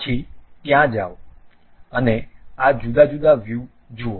પછી ત્યાં જાઓ અને આ જુદા જુદા વ્યૂ જુઓ